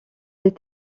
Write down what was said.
des